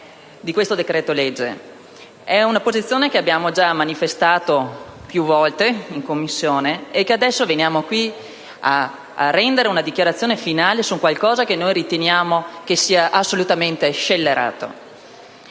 È una posizione che abbiamo già manifestato più volte in Commissione. Adesso veniamo qui a rendere una dichiarazione finale su qualcosa che noi riteniamo essere assolutamente scellerato.